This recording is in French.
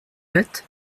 fête